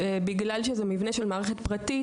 מחייב שגם הרופא המומחה וגם עוזר הרופא יפעלו באותו מוסד רפואי.